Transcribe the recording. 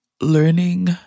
learning